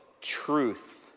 truth